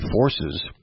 forces